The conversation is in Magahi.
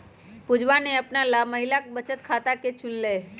पुजवा ने अपना ला महिला बचत खाता के चुन लय